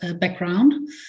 background